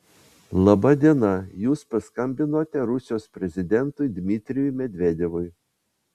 laba diena jūs paskambinote rusijos prezidentui dmitrijui medvedevui